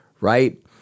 right